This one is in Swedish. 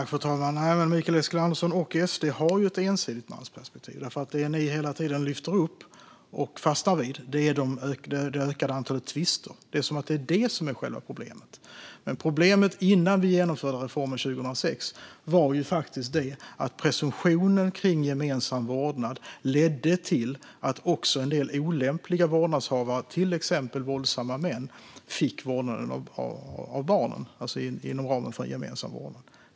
Fru talman! Mikael Eskilandersson och SD har ju ett ensidigt mansperspektiv. Det ni hela tiden lyfter upp och fastnar vid är det ökade antalet tvister. Det är som att det är det som är själva problemet. Problemet innan vi genomförde reformen 2006 var ju faktiskt det att presumtionen för gemensam vårdnad ledde till att också en del olämpliga vårdnadshavare, till exempel våldsamma män, fick vårdnad om barnen inom ramen för gemensam vårdnad.